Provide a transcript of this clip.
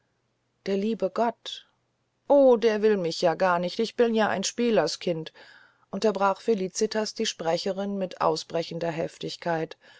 der liebe gott o der will mich ja gar nicht weil ich ein spielerskind bin unterbrach felicitas die sprecherin mit ausbrechender heftigkeit